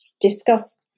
discuss